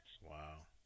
Wow